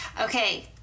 Okay